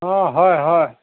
অঁ হয় হয়